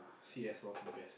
C_S orh the best